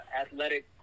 athletic